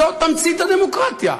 זאת תמצית הדמוקרטיה.